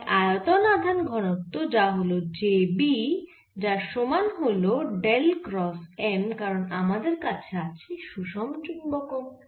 তাই আয়তন আধান ঘনত্ব যা হল j b তার সমান হল ডেল ক্রস M কারণ আমাদের কাছে আছে সুষম চুম্বকন